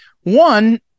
One